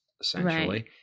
essentially